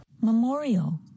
Memorial